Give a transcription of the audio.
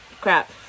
crap